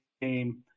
game